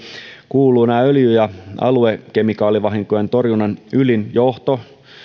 kuuluvat öljy ja aluskemikaalivahinkojen torjunnan ylin johto